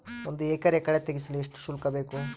ಒಂದು ಎಕರೆ ಕಳೆ ತೆಗೆಸಲು ಎಷ್ಟು ಶುಲ್ಕ ಬೇಕು?